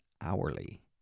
hourly